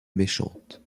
méchante